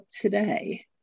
today